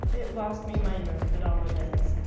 it lost me my nerve, at all events.